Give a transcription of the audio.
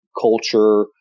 culture